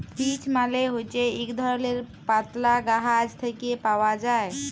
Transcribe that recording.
peach মালে হছে ইক ধরলের পাতলা গাহাচ থ্যাকে পাউয়া যায়